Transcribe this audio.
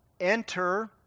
enter